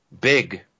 Big